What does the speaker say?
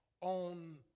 on